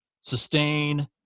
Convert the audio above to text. sustain